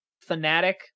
Fanatic